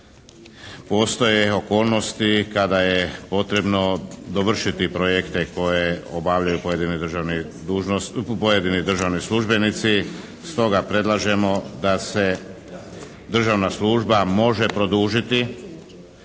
postoje okolnosti kada je potrebno dovršiti projekte koje obavljaju pojedini državni službenici. Stoga predlažemo da se državna služba može produžiti